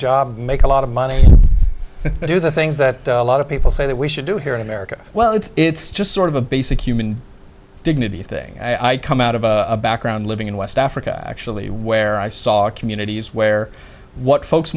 job make a lot of money and do the things that a lot of people say that we should do here in america well it's it's just sort of a basic human dignity thing i come out of a background living in west africa actually where i saw communities where what folks